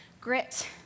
grit